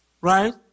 Right